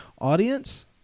audience